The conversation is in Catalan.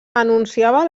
anunciava